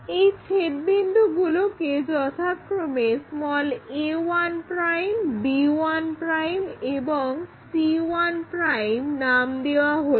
এই ছেদবিন্দুগুলোকে যথাক্রমে a1 b1 এবং c1 নাম দেওয়া হলো